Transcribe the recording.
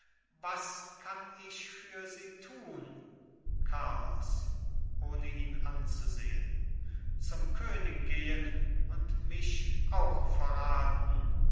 was kann ich für sie tun carlos ohne ihn anzusehen zum könig gehen und mich auch verraten